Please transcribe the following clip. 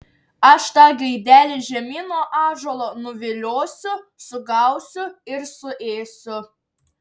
aš tą gaidelį žemyn nuo ąžuolo nuviliosiu sugausiu ir suėsiu